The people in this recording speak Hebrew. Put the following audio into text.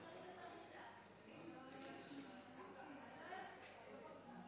אנחנו עם 52 חברי כנסת בעד, שתמכו בהצעת